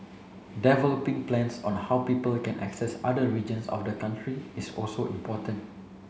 developing plans on how people can access other regions of the country is also important